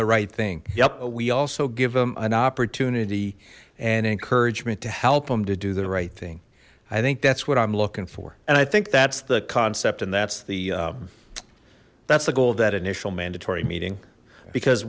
the right thing yep we also give them an opportunity and encouragement to help them to do the right thing i think that's what i'm looking for and i think that's the concept and that's the that's the goal of that initial mandatory meeting because